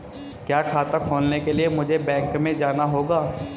क्या खाता खोलने के लिए मुझे बैंक में जाना होगा?